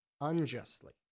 unjustly